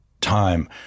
time